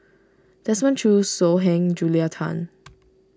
Desmond Choo So Heng Julia Tan